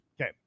okay